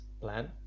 plan